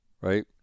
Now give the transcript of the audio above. right